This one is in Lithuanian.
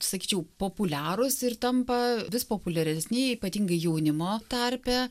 sakyčiau populiarūs ir tampa vis populiaresni ypatingai jaunimo tarpe